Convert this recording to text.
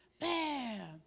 Bam